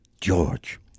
George